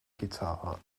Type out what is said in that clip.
guitar